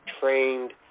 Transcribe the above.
trained